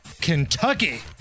Kentucky